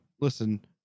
listen